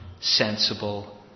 sensible